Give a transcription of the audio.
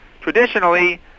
Traditionally